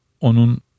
onun